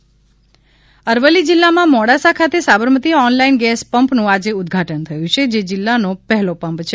pump Aravalli જિલ્લામાં મોડાસા ખાતે Sabarmati online gas પંપનું આજે ઉદ્વાટન થયું છે જે જિલ્લા નો પહેલો પમ્પ છે